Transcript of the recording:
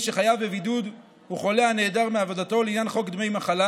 שחייב בבידוד הוא חולה הנעדר מעבודתו לעניין חוק דמי מחלה.